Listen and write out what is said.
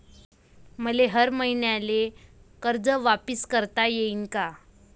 मले हर मईन्याले कर्ज वापिस करता येईन का?